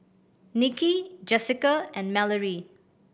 Niki Jessica and Mallorie